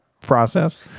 process